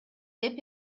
деп